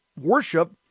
worship